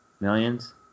Millions